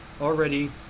already